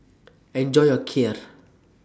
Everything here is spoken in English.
Enjoy your Kheer